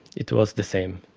it was the same,